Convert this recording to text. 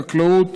חקלאות